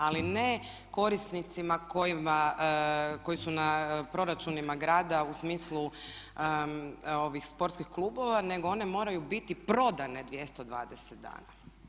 Ali ne korisnicima koji su na proračunima grada u smislu ovih sportskih klubova nego one moraju biti prodane 220 dana.